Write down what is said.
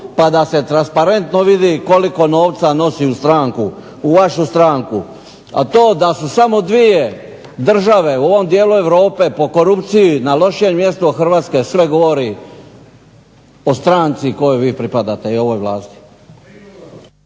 pa da se transparentno vidi koliko novca nosi u stranku, u vašu stranku. A to da su samo dvije države u ovom dijelu Europe po korupciji na lošijem mjestu od Hrvatske sve govori o stranci kojoj vi pripadate, i ovoj vlasti.